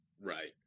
Right